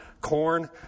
corn